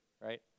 right